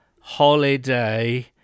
holiday